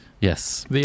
Yes